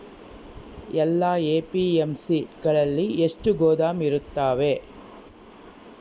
ಎಲ್ಲಾ ಎ.ಪಿ.ಎಮ್.ಸಿ ಗಳಲ್ಲಿ ಎಷ್ಟು ಗೋದಾಮು ಇರುತ್ತವೆ?